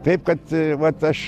taip kad vat aš